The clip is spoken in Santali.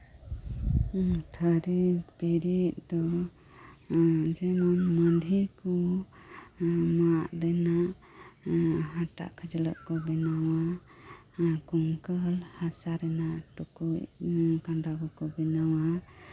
ᱠᱟᱹᱨᱤ ᱵᱤᱨᱤᱫ ᱫᱚ ᱡᱮᱢᱚᱱ ᱢᱟᱦᱞᱮ ᱠᱚ ᱢᱟᱫ ᱨᱮᱱᱟᱜ ᱦᱟᱴᱟᱜ ᱠᱷᱟᱹᱪᱞᱟᱹᱜ ᱠᱚ ᱵᱮᱱᱟᱣᱟ ᱠᱩᱝᱠᱟᱹᱞ ᱦᱟᱥᱟ ᱨᱮᱱᱟᱜ ᱴᱩᱠᱩᱪ ᱠᱟᱱᱰᱟ ᱠᱚᱠᱚ ᱵᱮᱱᱟᱣᱟ